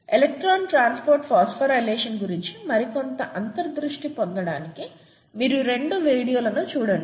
electron transport phosphorylation గురించి మరికొంత అంతర్దృష్టి పొందడానికి మీరు ఈ రెండు వీడియోలను చూడండి